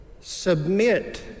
Submit